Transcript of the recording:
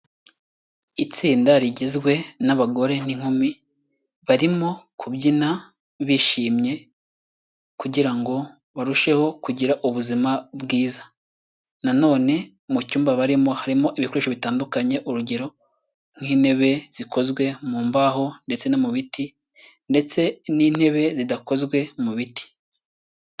Itsinda rigizwe n'abagore n'inkumi barimo kubyina bishimye kugira ngo barusheho kugira ubuzima bwiza na none mu cyumba barimo harimo ibikoresho bitandukanye urugero nk'intebe zikozwe mu mbaho ndetse no mu biti ndetse n'intebe zidakozwe mu biti.